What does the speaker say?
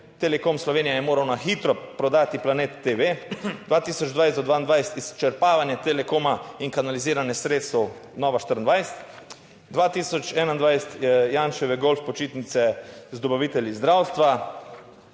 Telekom Slovenije je moral na hitro prodati Planet TV 2020, 2022. Izčrpavanje Telekoma in kanaliziranje sredstev, Nova 24, 2021, Janševe golf počitnice z dobavitelji zdravstva.